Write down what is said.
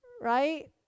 Right